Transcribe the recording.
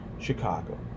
Chicago